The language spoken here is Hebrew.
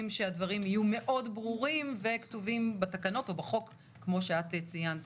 שהדברים יהיו מאוד ברורים וכתובים בתקנות או בחוק כמו שאת ציינת